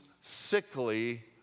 sickly